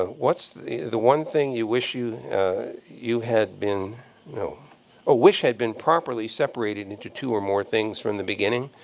ah what's the the one thing you wish you ah you had been no oh, ah wish had been properly separated into two or more things from the beginning.